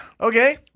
Okay